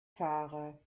fahrer